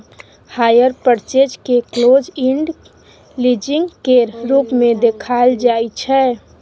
hire purchase केँ close end leasing केर रूप मे देखाएल जाइ छै